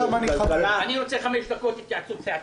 אני רוצה חמש דקות התייעצות סיעתית.